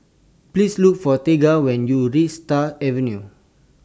Please Look For Tegan when YOU REACH Stars Avenue